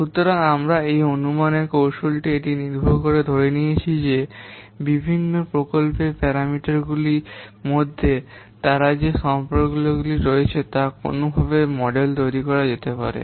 সুতরাং এখানে এই অনুমানের কৌশলটি এটি নির্ভর করে ধরে নিয়েছে যে বিভিন্ন প্রকল্পের প্যারামিটারগুলির মধ্যে তারা যে সম্পর্কগুলি রয়েছে তা কোনওভাবে মডেল করা যেতে পারে